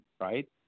right